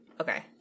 Okay